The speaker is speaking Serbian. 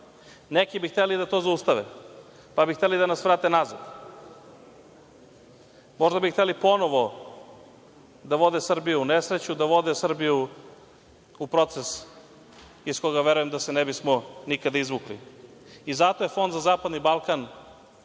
neki bi hteli da to zaustave, pa bi hteli da nas vrate nazad. Možda bi hteli ponovo da vode Srbiju u nesreću, da vode Srbiju u proces iz koga verujem da se ne bi nikada izvukli. Zato je fond za zapadni Balkan